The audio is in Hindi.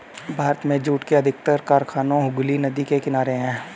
भारत में जूट के अधिकतर कारखाने हुगली नदी के किनारे हैं